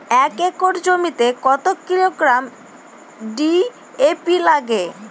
এক একর জমিতে কত কিলোগ্রাম ডি.এ.পি লাগে?